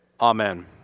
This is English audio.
Amen